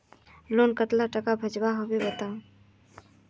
Loan कतला टाका भेजुआ होबे बताउ?